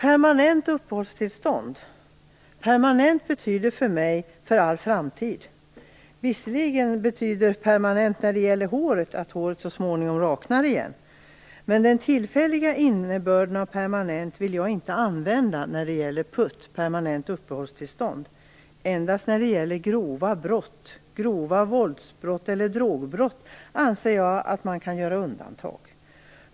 Fru talman! Ordet permanent betyder för mig för all framtid. Visserligen betyder permanent när det gäller håret att håret så småningom raknar igen. Men den tillfälliga innebörden av permanent vill jag inte använda i fråga om PUT, permanent uppehållstillstånd. Endast när det gäller grova våldsbrott eller drogbrott anser jag att man kan göra undantag.